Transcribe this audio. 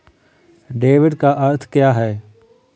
Debit का अर्थ क्या है?